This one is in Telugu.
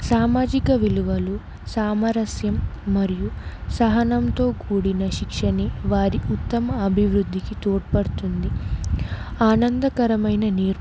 సామాజిక విలువలు సామరస్యం మరియు సహనంతో కూడిన శిక్షణే వారి ఉత్తమ అభివృద్ధికి తోడ్పడుతుంది ఆనందకరమైన నీర్